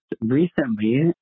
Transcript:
recently